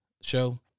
show